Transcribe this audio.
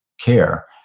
care